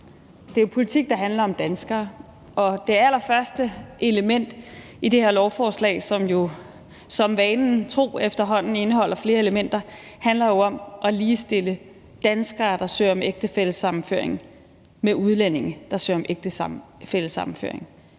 Det er politik, der handler om danskere. Det allerførste element i det her lovforslag, som vanen tro efterhånden indeholder flere elementer, handler om at ligestille danskere, der søger om ægtefællesammenføring, med udlændinge, der søger om ægtefællesammenføring,